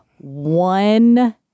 one